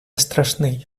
страшний